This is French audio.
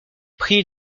prix